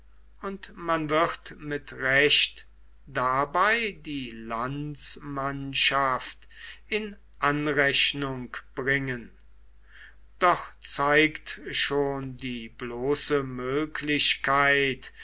und man wird mit recht dabei die landsmannschaft in anrechnung bringen doch zeigt schon die bloße möglichkeit